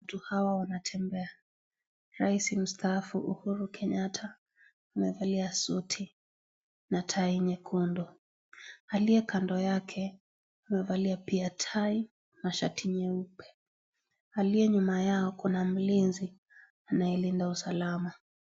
Watu hawa wanatembea. Rais mstaafu Uhuru Kenyatta amevalia suti na tai nyekundu. Aliye kando yake amevalia pia tai na shati nyeupe. Aliye nyuma yao kuna mlinzi anayelinda usalama.